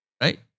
Right